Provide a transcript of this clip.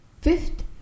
Fifth